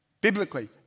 Biblically